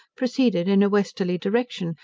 proceeded in a westerly direction,